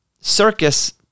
circus